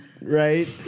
right